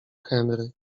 henry